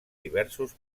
diversos